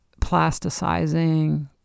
plasticizing